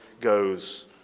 goes